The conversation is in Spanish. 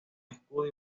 escudo